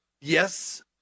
yes